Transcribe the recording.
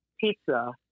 pizza